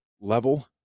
level